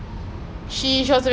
the disorder